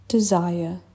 Desire